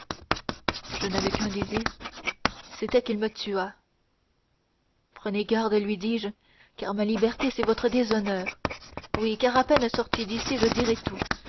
je n'avais qu'un désir c'était qu'il me tuât prenez garde lui dis-je car ma liberté c'est votre déshonneur oui car à peine sortie d'ici je dirai tout